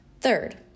Third